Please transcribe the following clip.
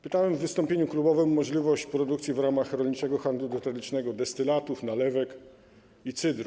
Pytałem w wystąpieniu klubowym o możliwość produkcji w ramach rolniczego handlu detalicznego destylatów, nalewek i cydru.